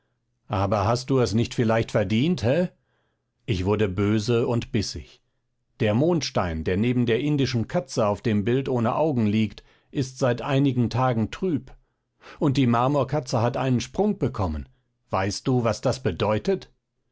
aber hast du es nicht vielleicht verdient he ich wurde böse und bissig der mondstein der neben der indischen katze und dem bild ohne augen liegt ist seit einigen tagen trüb und die marmorkatze hat einen sprung bekommen weißt du was das bedeutet